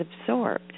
absorbed